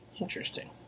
Interesting